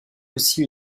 aussi